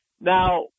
Now